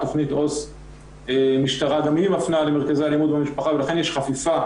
תכנית עו"ס משטרה גם היא מפנה למרכזי אלימות במשפחה ולכן יש חפיפה